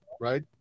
right